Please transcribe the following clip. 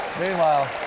meanwhile